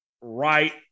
right